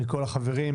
מכל החברים,